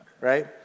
right